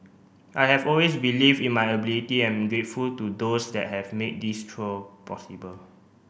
I have always believe in my ability and I'm grateful to those that have made this trial possible